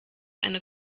eine